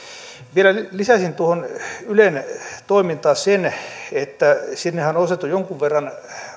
vielä lisäisin tuohon ylen toimintaan sen että sinnehän on ostettu jonkun verran